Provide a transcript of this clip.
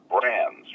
brands